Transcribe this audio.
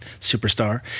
superstar